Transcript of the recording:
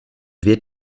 wird